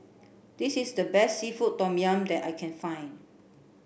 this is the best seafood tom yum that I can find